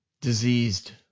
diseased